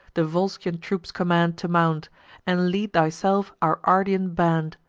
the volscian troops command to mount and lead thyself our ardean band.